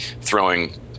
throwing